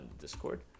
discord